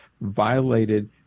violated